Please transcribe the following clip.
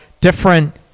different